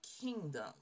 kingdom